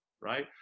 right